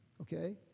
Okay